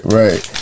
right